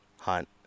hunt